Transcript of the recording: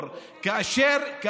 אה, "תומכי טרור".